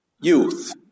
youth